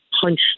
punch